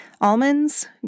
almonds